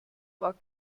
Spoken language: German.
war